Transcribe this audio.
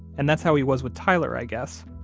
and that's how he was with tyler, i guess.